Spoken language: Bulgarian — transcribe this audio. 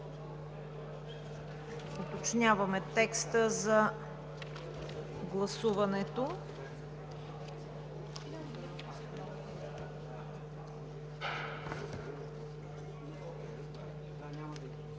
Уточняваме текста за гласуването.